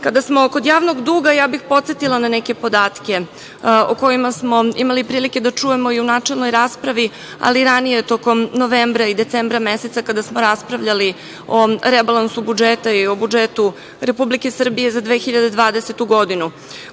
dugu. Kada smo kod javnog duga, ja bih podsetila na neke podatke o kojima smo imali prilike da čujemo i u načelnoj raspravi, ali i ranije tokom novembra i decembra meseca kada smo raspravljali o rebalansu budžeta i o budžetu Republike Srbije za 2020. godinu.U